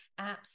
apps